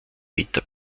meter